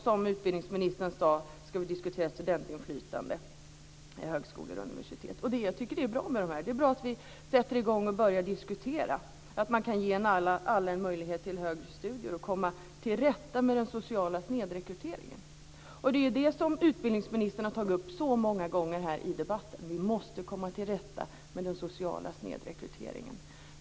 Som utbildningsministern sade ska vi också diskutera studentinflytande vid högskolor och universitet. Det är bra med de här sakerna. Det är bra att vi sätter i gång och börjar diskutera hur man kan ge alla en möjlighet till högre studier och hur man kan komma till rätta med den sociala snedrekryteringen. Det är det som utbildningsministern har tagit upp så många gånger här i debatten; vi måste komma till rätta med den sociala snedrekryteringen.